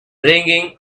ringing